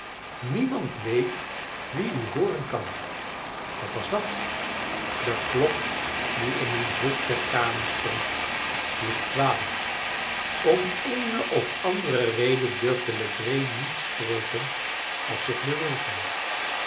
niemand weet wie u hooren kan wat was dat de klok die in een hoek der kamer stond sloeg twaalf om eene of andere reden durfde legree niet spreken of zich bewegen